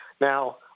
Now